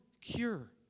cure